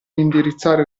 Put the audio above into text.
indirizzare